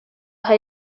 aha